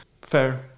fair